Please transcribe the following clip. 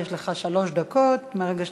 יש לך שלוש דקות מהרגע שתעלה.